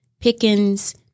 Pickens